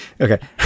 Okay